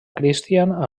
christian